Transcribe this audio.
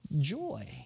joy